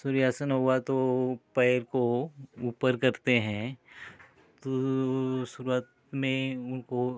सूर्य आसन हुआ तो पैर को ऊपर करते हैं तो शुरुआत में उनको